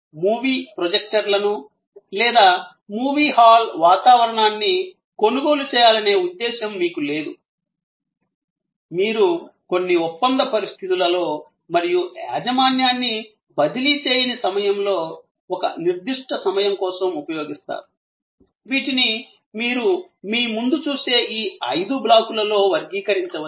movie ప్రొజెక్టర్లను లేదా movie hall వాతావరణాన్ని కొనుగోలు చేయాలనే ఉద్దేశ్యం మీకు లేదు మీరు కొన్ని ఒప్పంద పరిస్థితులలో మరియు యాజమాన్యాన్ని బదిలీ చేయని సమయంలో ఒక నిర్దిష్ట సమయం కోసం ఉపయోగిస్తారు వీటిని మీరు మీ ముందు చూసే ఈ ఐదు బ్లాకులలో వర్గీకరించవచ్చు